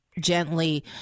gently